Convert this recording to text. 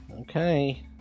Okay